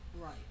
Right